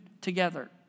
together